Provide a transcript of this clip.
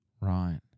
Right